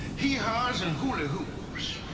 hee-haws and hula hoops.